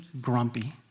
grumpy